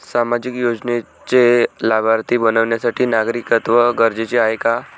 सामाजिक योजनेचे लाभार्थी बनण्यासाठी नागरिकत्व गरजेचे आहे का?